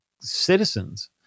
citizens